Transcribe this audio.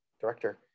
director